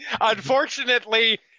Unfortunately